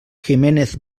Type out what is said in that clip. giménez